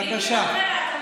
בבקשה.